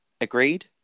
Agreed